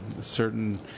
Certain